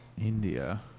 India